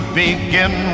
begin